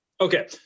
okay